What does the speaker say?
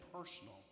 personal